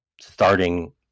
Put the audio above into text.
starting